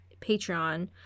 Patreon